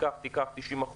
תיקח 90%,